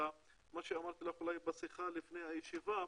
מה שאמרתי לך בשיחה לפני הישיבה,